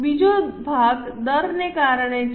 બીજો ભાગ દરને કારણે છે